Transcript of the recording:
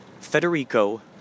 Federico